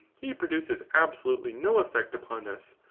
he produces absolutely no effect upon us,